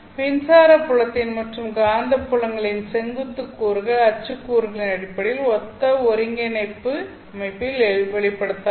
மின்சார புலத்தின் மற்றும் காந்தப்புலங்களின் செங்குத்து கூறுகள் அச்சு கூறுகளின் அடிப்படையில் அந்த ஒருங்கிணைப்பு அமைப்பில் வெளிப்படுத்தலாம்